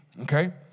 Okay